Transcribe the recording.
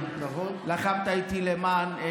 האלה, משפט